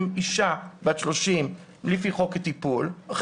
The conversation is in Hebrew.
אישה בת 30 לפי חוק טיפול בחולי נפש,